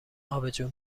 آبجو